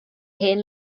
hen